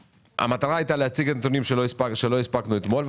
המטרה הייתה להציג את הנתונים שלא הספקנו אתמול,